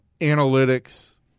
analytics